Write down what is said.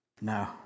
no